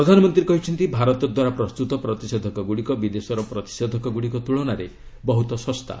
ପ୍ରଧାନମନ୍ତ୍ରୀ କହିଛନ୍ତି ଭାରତଦ୍ୱାରା ପ୍ରସ୍ତୁତ ପ୍ରତିଷେଧକଗୁଡ଼ିକ ବିଦେଶର ପ୍ରତିଷେଧକଗୁଡ଼ିକ ତୁଳନାରେ ବହୁତ ଶସ୍ତା